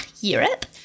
Europe